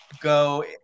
go